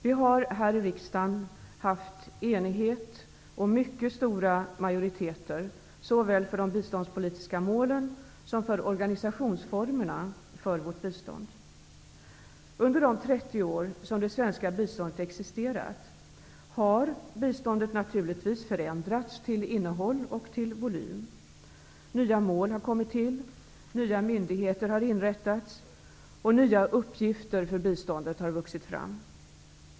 Vi har här i riksdagen haft enighet och mycket stora majoriteter såväl för de biståndspolitiska målen som för formerna för organisationen av vårt bistånd. Under de 30 år som det svenska biståndet existerat har det naturligtvis förändrats till innehåll och volym. Nya mål har kommit till, nya myndigheter har inrättats, nya uppgifter för biståndet har vuxit fram.